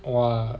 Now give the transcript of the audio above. !wah!